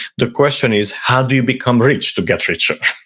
the question is, how do you become rich, to get richer.